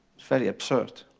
very absurd.